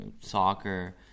soccer